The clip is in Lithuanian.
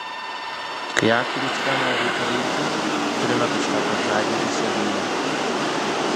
kai aktoriui scenoje reikia veikti turime kažką pažadinti savyje